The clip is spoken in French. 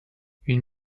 une